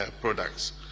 products